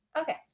Okay